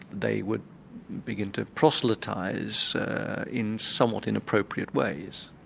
they would begin to proselytise in somewhat inappropriate ways.